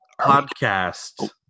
podcast